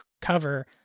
cover